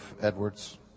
Edwards